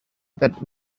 that